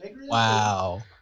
Wow